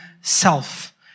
self